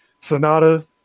Sonata